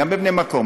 גם בבני המקום,